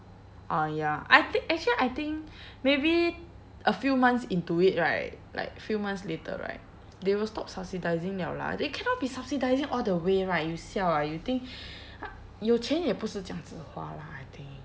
orh ya I thin~ actually I think maybe a few months into it right like few months later right they will stop subsidising liao lah they cannot be subsidising all the way right you siao ah you think 有钱也不是这样子花 lah I think